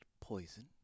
poison